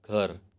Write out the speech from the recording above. ઘર